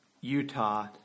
Utah